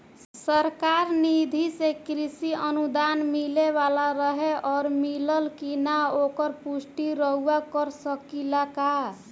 सरकार निधि से कृषक अनुदान मिले वाला रहे और मिलल कि ना ओकर पुष्टि रउवा कर सकी ला का?